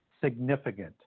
significant